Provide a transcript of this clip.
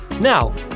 Now